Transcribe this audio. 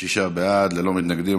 שישה בעד, ללא מתנגדים.